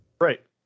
Right